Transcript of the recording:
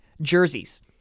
Jerseys